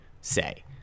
say